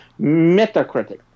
Metacritic